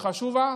וחשובה